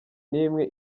n’imwe